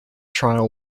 trial